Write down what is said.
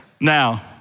Now